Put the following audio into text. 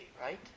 right